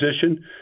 position